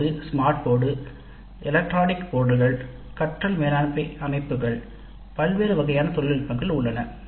தற்போது smart board electronic போர்டுகள் உள்ளன கற்றல் மேலாண்மை அமைப்புகள் பல்வேறு வகையான தொழில்நுட்பங்கள் உள்ளன